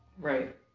Right